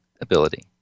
ability